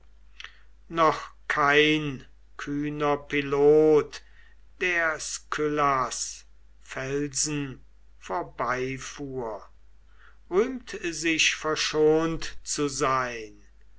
noch kein kühner pilot der skyllas felsen vorbei fuhr rühmt sich verschont zu sein